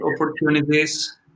opportunities